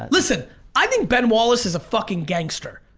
listen i think ben wallace is a fucking gangster,